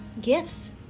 gifts